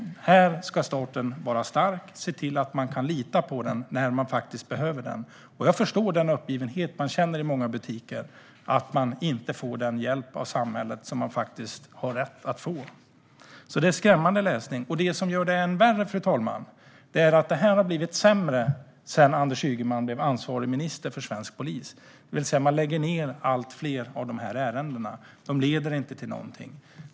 Här ska staten vara stark och se till att människor kan lita på den när de faktiskt behöver den. Jag förstår den uppgivenhet man känner i många butiker. Man får inte den hjälp av samhället som man faktiskt har rätt att få. Detta är skrämmande läsning. Det som gör det än värre, fru ålderspresident, är att det har blivit sämre sedan Anders Ygeman blev minister med ansvar för svensk polis. Man lägger ned allt fler av dessa ärenden. De leder inte till någonting.